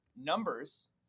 numbers